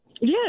Yes